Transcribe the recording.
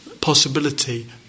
possibility